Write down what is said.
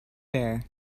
bear